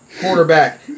quarterback